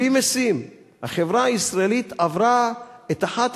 בלי משים החברה הישראלית עברה את אחת